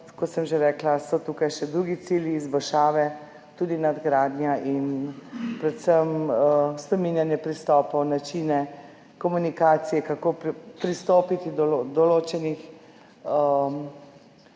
kot sem že rekla, so tukaj še drugi cilji, izboljšave, tudi nadgradnja in predvsem spreminjanje pristopov, način komunikacije, kako pristopiti do določenih